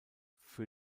für